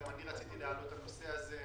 גם אני רציתי להעלות את הנושא הזה.